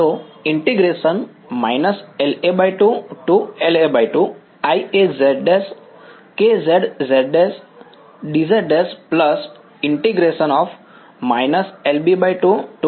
હવે મારે z ∈ B લેવો પડશે